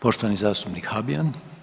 Poštovani zastupnik Habijan.